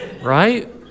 right